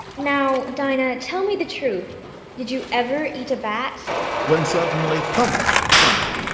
now, dinah, tell me the truth did you ever eat a bat when suddenly, thump! thump!